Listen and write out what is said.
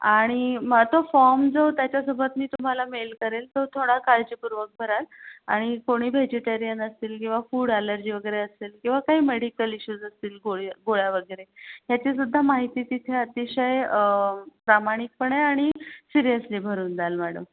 आणि मग तो फॉम जो त्याच्यासोबत मी तुम्हाला मेल करेल तो थोडा काळजीपूर्वक भराल आणि कोणी व्हेजिटेरियन असतील किंवा फूड ॲलर्जी वगैरे असेल किंवा काही मेडिकल इश्यूज असतील गोळी गोळ्या वगैरे ह्याची सुद्धा माहिती तिथे अतिशय प्रामाणिकपणे आणि सिरियसली भरून द्याल मॅडम